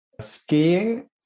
Skiing